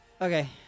Okay